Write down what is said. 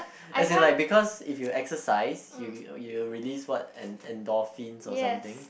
as in like because if you exercise you you know you will release what en~ en~ endorphins or something